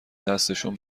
دستشون